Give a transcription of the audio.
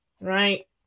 right